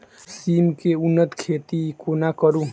सिम केँ उन्नत खेती कोना करू?